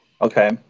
Okay